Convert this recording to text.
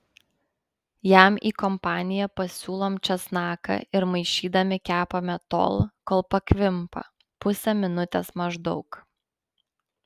jam į kompaniją pasiūlom česnaką ir maišydami kepame tol kol pakvimpa pusę minutės maždaug